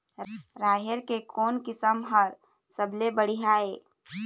राहेर के कोन किस्म हर सबले बढ़िया ये?